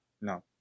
No